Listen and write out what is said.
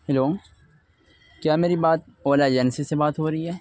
hello کیا میری بات اولا ایجنسی سے بات ہو رہی ہے